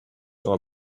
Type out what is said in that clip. all